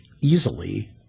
easily